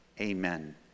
Amen